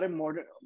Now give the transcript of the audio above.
modern